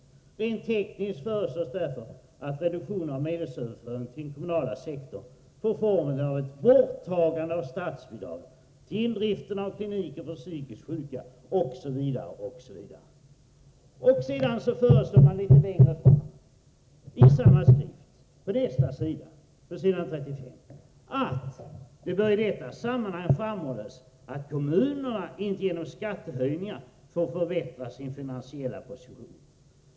Rent tekniskt föreslås därför att reduktionen av medelsöverföringen till den kommunala sektorn får formen av ett borttagande av statsbidragen till driften av kliniker för psykiskt sjuka”, osv. ”Det bör i detta sammanhang framhållas att kommunerna inte genom skattehöjningar får förbättra sin finansiella position.